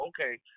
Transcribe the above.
okay